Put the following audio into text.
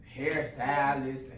hairstylists